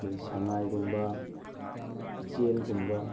ꯑꯩꯈꯣꯏꯒꯤ ꯁꯉꯥꯏꯒꯨꯝꯕ ꯏꯆꯦꯜꯒꯨꯝꯕ